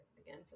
again